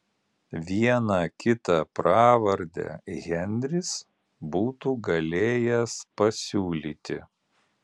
vieną kitą pravardę henris būtų galėjęs pasiūlyti